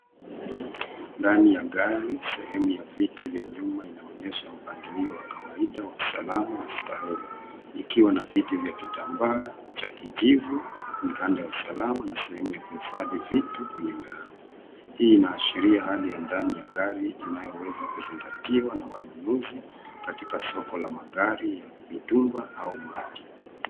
Ndani ya gari sehemu ya viti vya nyuma inaonyesha mpangilio wa kawaida wa salama na starehe; ikiwa na viti vya kitambaa cha kijivu, mikanda ya usalama na sehemu ya kuhifadhi vitu kwenye milango. Hii inaashiria hali ya ndani ya gari inayoweza kuzingatiwa na wanunuzi katika soko la magari ya mitumba au